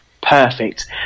perfect